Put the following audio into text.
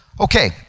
Okay